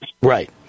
Right